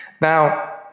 Now